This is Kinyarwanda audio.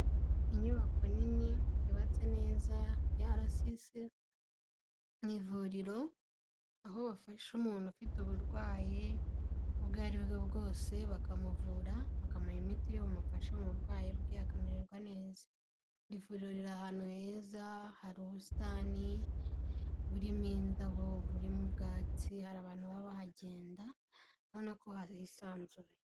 Inyubako nini yubatse neza yarasisi mu ivuriro, aho bafasha umuntu ufite uburwayi, ubwo aribwo bwose bakamuvura, bakamuha imiti iri bumufashe mu burwayi bwe akamererwa neza, ivuriro riri ahantu heza, hari ubusitani burimo indabo, burimo ubwatsi hari abantu baba bahagenda ubonako hisanzuye.